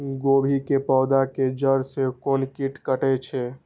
गोभी के पोधा के जड़ से कोन कीट कटे छे?